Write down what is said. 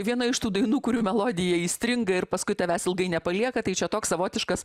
viena iš tų dainų kurių melodija įstringa ir paskui tavęs ilgai nepalieka tai čia toks savotiškas